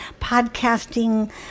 podcasting